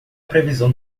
previsão